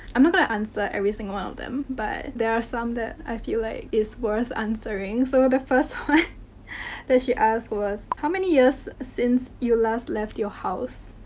i'm not gonna answer every single one of them, but there are some that i feel like is worth answering. so, the first one that she asked for was how many years since you last left your house?